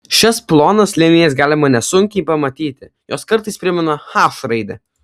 šias plonas linijas galima nesunkiai pamatyti jos kartais primena h raidę